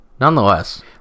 Nonetheless